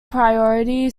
priory